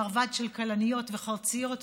מרבד של כלניות וחרציות,